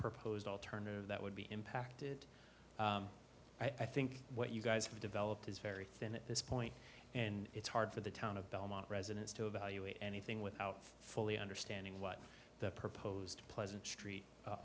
proposed alternative that would be impacted i think what you guys have developed is very thin at this point and it's hard for the town of dominant residents to evaluate anything without fully understanding what the proposed pleasant street